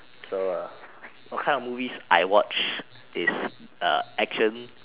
so err what kinds of movies I watch is uh action